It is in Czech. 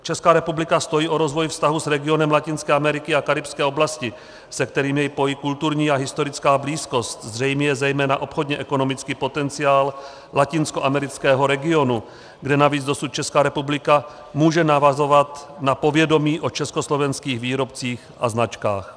Česká republika stojí o rozvoj vztahů s regionem Latinské Ameriky a karibské oblasti, s kterými ji pojí kulturní a historická blízkost, zřejmě zejména obchodní a ekonomický potenciál latinskoamerického regionu, kde navíc dosud Česká republika může navazovat na povědomí o československých výrobcích a značkách.